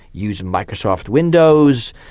use microsoft windows,